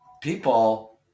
People